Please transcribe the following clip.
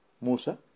Musa